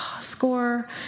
Score